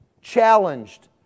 challenged